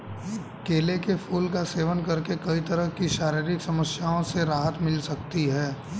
केले के फूल का सेवन करके कई तरह की शारीरिक समस्याओं से राहत मिल सकती है